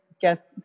guess